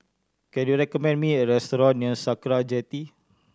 can you recommend me a restaurant near Sakra Jetty